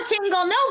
no